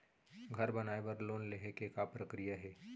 घर बनाये बर लोन लेहे के का प्रक्रिया हे?